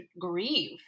grieve